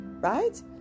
right